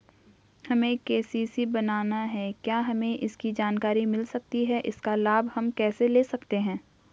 हमें के.सी.सी बनाना है क्या हमें इसकी जानकारी मिल सकती है इसका लाभ हम कैसे ले सकते हैं?